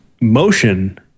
motion